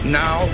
now